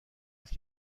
است